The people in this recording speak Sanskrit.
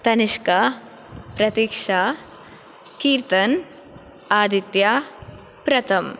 तनिष्का प्रतीक्षा कीर्तन् आदित्या प्रथम्